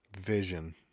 vision